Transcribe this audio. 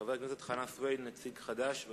חבר הכנסת חנא סוייד, נציג חד"ש,